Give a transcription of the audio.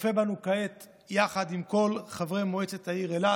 שצופה בנו כעת יחד עם כל מועצת העיר אילת,